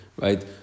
right